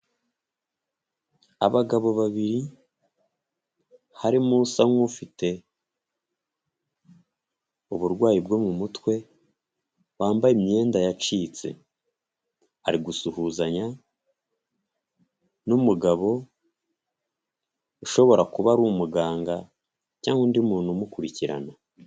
Abagabo babiri harimo usa nk'ufite uburwayi bwo mu mutwe wambaye imyenda yacitse ari gusuhuzanya n'umugabo ushobora kuba ari umuganga cyangwa undi muntu umukurikirana.